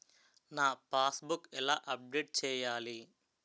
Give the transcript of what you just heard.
నా passbook ఎలా update చేయాలి?